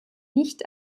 nicht